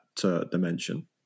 dimension